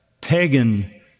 pagan